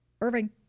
Irving